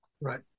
Right